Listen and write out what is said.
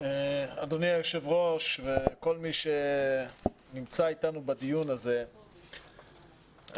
אדוני היושב-ראש וכל מי שנמצא איתנו בדיון הזה,